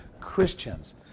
Christians